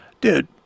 Dude